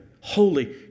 holy